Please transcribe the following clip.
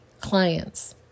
clients